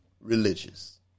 religious